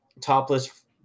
topless